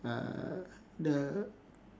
uhh the